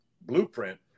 blueprint